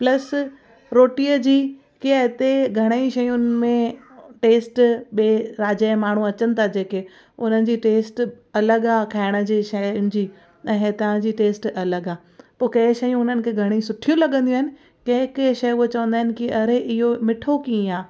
plus रोटीअ जी कीअं हिते घणेई शयुनि में टेस्ट ॿिए राज्य जा माण्हू अचनि था जेके उन्हनि जी टेस्ट अलॻि आहे खाइण जी शयुनि जी ऐंं हितां जी टेस्ट अलॻि आहे पोइ कहिड़े शयूं उन्हनि खे घणी सुठियूं लॻंदियूं आहिनि कंहिं कंहिं शइ उहा चवंदा आहिनि कि अड़े इहो मीठो कीअं आहे